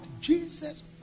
Jesus